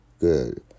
Good